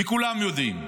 כולם יודעים.